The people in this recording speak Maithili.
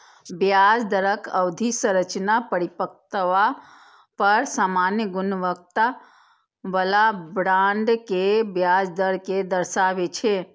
ब्याज दरक अवधि संरचना परिपक्वता पर सामान्य गुणवत्ता बला बांड के ब्याज दर कें दर्शाबै छै